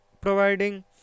providing